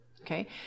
Okay